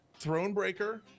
Thronebreaker